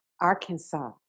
Arkansas